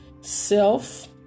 self